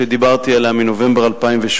שדיברתי עליה, מנובמבר 2008,